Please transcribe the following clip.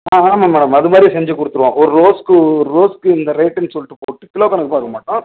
ஆ ஆமாம் மேடம் அதுமாதிரி செஞ்சிக் கொடுத்துருவோம் ஒரு ரோஸுக்கு ஒரு ரோஸுக்கு இந்த ரேட்டுன்னு சொல்லிட்டுப் போட்டு கிலோ கணக்கு பார்க்க மாட்டோம்